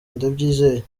ndabyizeye